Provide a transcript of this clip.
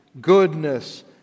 goodness